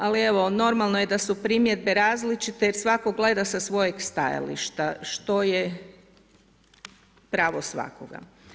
Ali evo, normalno je da su primjedbe različite jer svatko gleda sa svojeg stajališta, što je pravo svakoga.